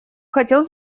хотел